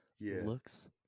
looks